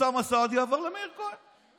אוסאמה סעדי עבר למאיר כהן.